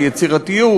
יצירתיות,